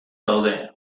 daude